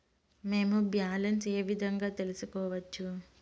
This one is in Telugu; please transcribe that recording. మేము బ్యాలెన్స్ ఏ విధంగా తెలుసుకోవచ్చు?